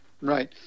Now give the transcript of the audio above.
Right